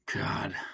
God